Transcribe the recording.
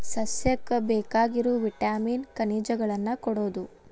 ಸಸ್ಯಕ್ಕ ಬೇಕಾಗಿರು ವಿಟಾಮಿನ್ ಖನಿಜಗಳನ್ನ ಕೊಡುದು